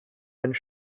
and